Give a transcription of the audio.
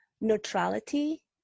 neutrality